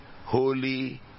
holy